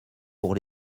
pour